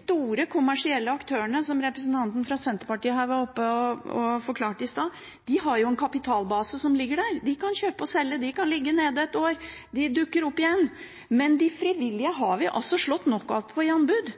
store kommersielle aktørene – som representanten fra Senterpartiet var oppe og forklarte i stad – har en kapitalbase som ligger der. De kan kjøpe og selge, de kan ligge nede et år, de dukker opp igjen, men de frivillige har vi altså slått knockout på i anbud.